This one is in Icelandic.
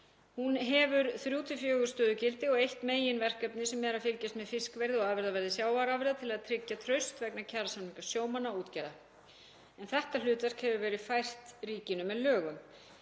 Hún hefur 3–4 stöðugildi og eitt meginverkefni sem er að fylgjast með fiskverði og afurðaverði sjávarafurða til að tryggja traust vegna kjarasamninga sjómanna og útgerða. Þetta hlutverk hefur verið fært ríkinu með lögum.